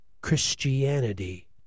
Christianity